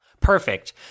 Perfect